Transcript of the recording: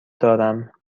دارم